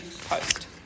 post